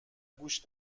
گوش